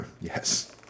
Yes